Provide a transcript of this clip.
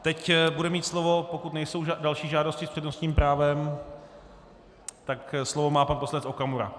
Teď bude mít slovo, pokud nejsou další žádosti s přednostním právem, tak slovo má pan poslanec Okamura.